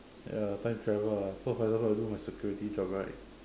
ya time travel lah so for example I do my security job right